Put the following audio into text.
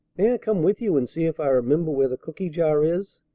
may i come with you and see if i remember where the cooky-jar is?